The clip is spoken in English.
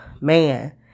Man